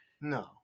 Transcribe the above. no